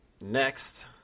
Next